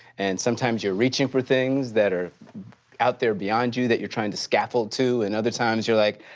and sometimes you're reaching for things that are out there beyond you that you're trying to scaffold to and other times you're like,